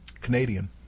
Canadian